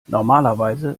normalerweise